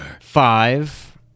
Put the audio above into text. Five